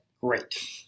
Great